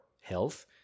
health